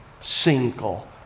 single